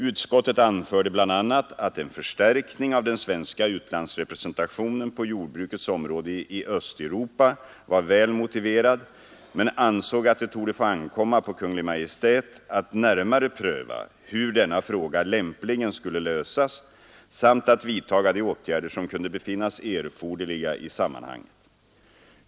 Utskottet anförde bl.a. att en förstärkning av den svenska utlandsrepresentationen på jordbrukets område i Östeuropa var väl motiverad men ansåg att det torde få ankomma på Kungl. Maj:t att närmare pröva hur denna fråga lämpligen skulle lösas samt att vidtaga de åtgärder som kunde befinnas erforderliga i sammanhanget.